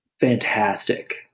Fantastic